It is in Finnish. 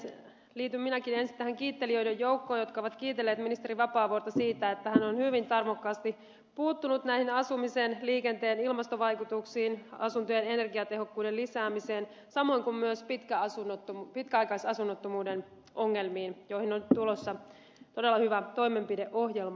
liityn minäkin ensin tähän kiittelijöiden joukkoon jotka ovat kiitelleet ministeri vapaavuorta siitä että hän on hyvin tarmokkaasti puuttunut näihin asumisen liikenteen ilmastovaikutuksiin asuntojen energiatehokkuuden lisäämiseen samoin kuin myös pitkäaikaisasunnottomuuden ongelmiin joihin on tulossa todella hyvä toimenpideohjelma